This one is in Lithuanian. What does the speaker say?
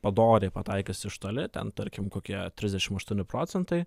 padoriai pataikys iš toli ten tarkim kokie trisdešimt aštuoni procentai